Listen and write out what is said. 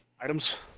items